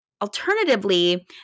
Alternatively